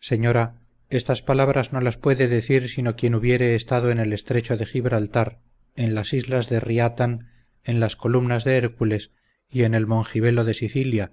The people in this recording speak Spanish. señora estas palabras no las puede decir sino quien hubiere estado en el estrecho de gibraltar en las islas de riatan en las columnas de hércules y en el mongibelo de sicilia